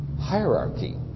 hierarchy